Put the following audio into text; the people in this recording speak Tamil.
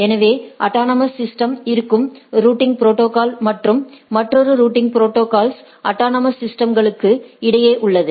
எனவே அட்டானமஸ் சிஸ்டம்ஸ்களுக்குள் இருக்கும் ரூட்டிங் ப்ரோடோகால்ஸ் மற்றும் மற்றொரு ரூட்டிங் ப்ரோடோகால்ஸ் அட்டானமஸ் சிஸ்டம்களுக்கு இடையே உள்ளது